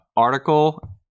article